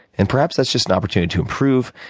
and perhaps that's just an opportunity to improve,